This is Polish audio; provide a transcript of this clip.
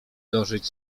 dożyć